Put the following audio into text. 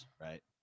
Right